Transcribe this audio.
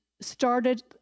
started